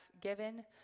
given